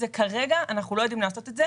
זה כרגע אנחנו לא יודעים לעשות את זה